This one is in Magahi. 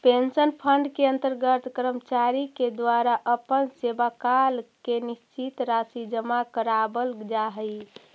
पेंशन फंड के अंतर्गत कर्मचारि के द्वारा अपन सेवाकाल में निश्चित राशि जमा करावाल जा हई